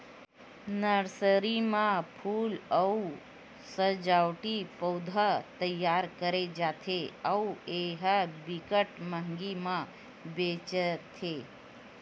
nursery म फूल अउ सजावटी पउधा तइयार करे जाथे अउ ए ह बिकट मंहगी म बेचाथे